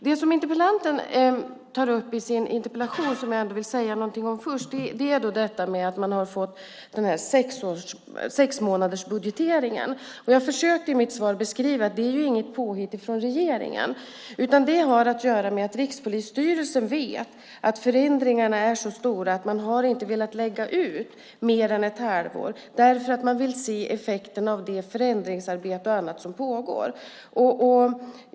Det som interpellanten tar upp i sin interpellation, som jag vill säga någonting om först, är detta med sexmånadersbudgeteringen. Som jag försökte beskriva i mitt svar är det inget påhitt från regeringen, utan det har att göra med att Rikspolisstyrelsen vet att förändringarna är så stora och vill se effekterna av det förändringsarbete och annat som pågår och därför inte har velat lägga ut medel för mer än ett halvår.